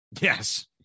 Yes